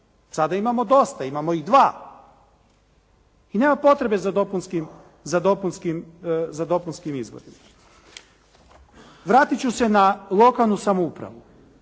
Sada imamo dosta, imamo ih dva i nema potrebe za dopunskim izborima. Vratit ću se na lokalnu samoupravu.